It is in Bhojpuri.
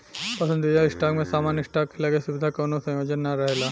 पसंदीदा स्टॉक में सामान्य स्टॉक के लगे सुविधा के कवनो संयोजन ना रहेला